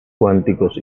cuánticos